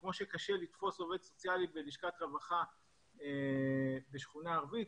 כמו שקשה לתפוס עובד סוציאלי בלשכת רווחה בשכונה ערבית,